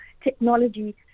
technology